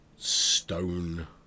stone